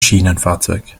schienenfahrzeug